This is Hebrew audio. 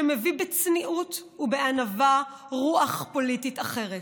שמביא בצניעות ובענווה רוח פוליטית אחרת.